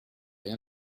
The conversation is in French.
rien